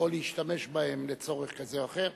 או להשתמש בהם לצורך כזה או אחר.